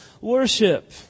worship